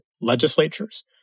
legislatures